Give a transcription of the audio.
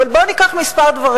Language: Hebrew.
אבל בואו ניקח כמה דברים.